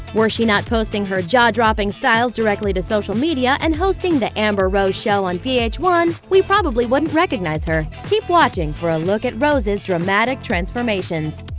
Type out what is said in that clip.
were she not posting her jaw-dropping styles directly to social media and hosting the amber rose show on v h one, we probably wouldn't recognize her. keep watching for a look at rose's dramatic transformations.